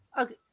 Okay